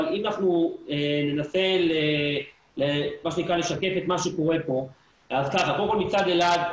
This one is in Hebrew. אבל אם אנחנו ננסה לשקף את מה שקורה פה קודם כל מצד אלעד,